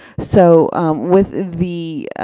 so with the